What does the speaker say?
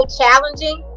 challenging